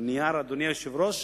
הנייר, אדוני היושב-ראש,